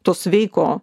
to sveiko